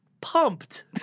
pumped